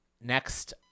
next